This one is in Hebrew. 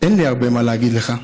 אין לי הרבה מה להגיד לך,